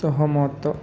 ସହମତ